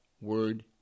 word